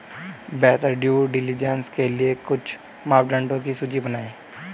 बेहतर due diligence के लिए कुछ मापदंडों की सूची बनाएं?